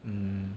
mm